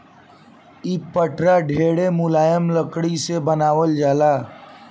इ पटरा ढेरे मुलायम लकड़ी से बनावल जाला